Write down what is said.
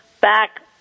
back